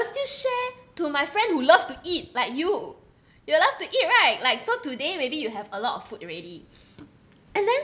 I would just share to my friend who love to eat like you you love to eat right like so today maybe you have a lot of food already and then